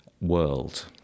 world